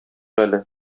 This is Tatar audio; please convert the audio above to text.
әле